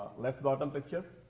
left bottom picture,